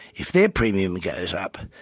if their premium goes up,